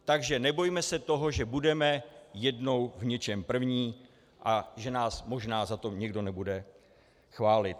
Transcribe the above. Takže se nebojme toho, že budeme jednou v něčem první a že nás možná za to někdo nebude chválit.